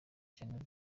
cyane